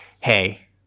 hey